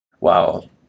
Wow